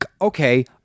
okay